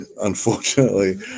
unfortunately